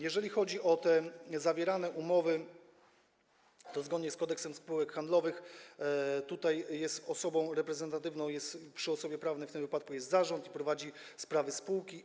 Jeżeli chodzi o te zawierane umowy, to zgodnie z Kodeksem spółek handlowych osobą reprezentatywną - są trzy osoby prawne - w tym wypadku jest zarząd i prowadzi sprawy spółki.